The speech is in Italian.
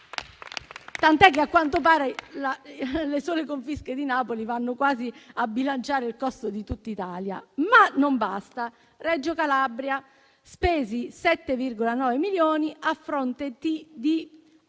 tant'è che, a quanto pare, le sole confische di Napoli vanno quasi a bilanciare il costo di tutta Italia, ma non basta. A Reggio Calabria, sono stati spesi 7,9 milioni a fronte di 825